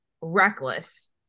reckless